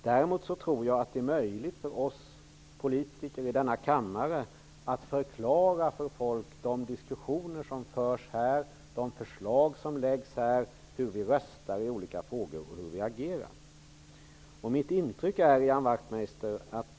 Däremot tror jag att det är möjligt för oss politiker att förklara för folk både de diskussioner som förs här och de förslag som läggs fram, att förklara för folk hur vi röstar i olika frågor och hur vi agerar.